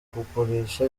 kugurisha